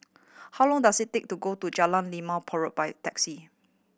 how long does it take to go to Jalan Limau Purut by taxi